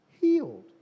healed